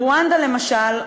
ברואנדה למשל,